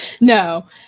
No